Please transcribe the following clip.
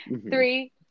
three